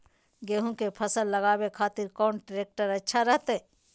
गेहूं के फसल लगावे खातिर कौन ट्रेक्टर अच्छा रहतय?